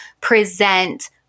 present